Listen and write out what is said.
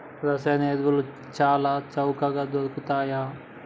రసాయన ఎరువులు చాల చవకగ దొరుకుతయ్